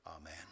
Amen